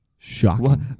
Shocking